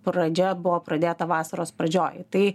pradžia buvo pradėta vasaros pradžioj tai